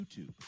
YouTube